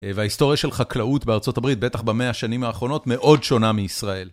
וההיסטוריה של חקלאות בארצות הברית בטח במאה השנים האחרונות מאוד שונה מישראל.